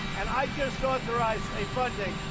and i just authorized a funding.